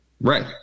Right